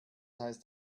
heißt